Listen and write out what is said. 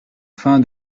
fin